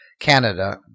Canada